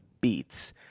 beats